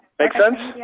make sense?